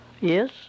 Yes